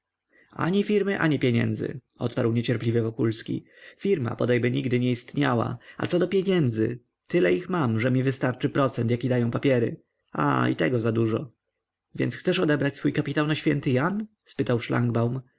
ani firmy ani pieniędzy odparł niecierpliwie wokulski firma bodajby nigdy nie istniała a co do pieniędzy tyle ich mam że mi wystarczy procent jaki dają papiery aaa i tego za dużo więc chcesz odebrać swój kapitał na święty jan spytał